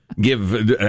give